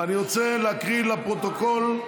אני רוצה להקריא לפרוטוקול,